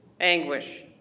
anguish